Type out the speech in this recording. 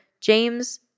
James